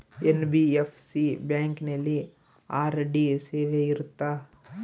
NBFC ಬ್ಯಾಂಕಿನಲ್ಲಿ RD ಸೇವೆ ಇರುತ್ತಾ?